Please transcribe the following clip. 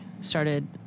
started